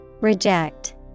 Reject